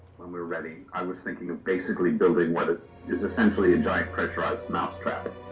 when we're ready, i was thinking of basically building what is essentially a giant pressurized mousetrap.